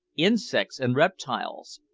insects, and reptiles,